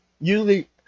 usually